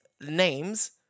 names